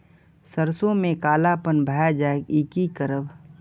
सरसों में कालापन भाय जाय इ कि करब?